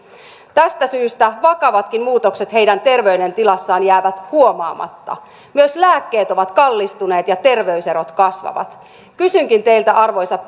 tästä syystä vakavatkin muutokset heidän terveydentilassaan jäävät huomaamatta myös lääkkeet ovat kallistuneet ja terveyserot kasvavat kysynkin teiltä arvoisa